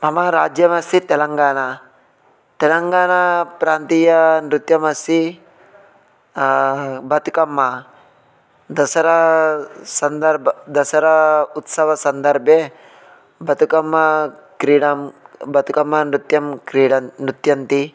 मम राज्यमसि तेलङ्गाना तेलङ्गाना प्रान्तीय नृत्यमसि बद्कम्मा दसरा सन्दर्भे दसरा उत्सवसन्दर्भे बदुकम्मा क्रीडां बदुकम्मा नृत्यं क्रीडन् नृत्यन्ति